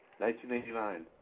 1989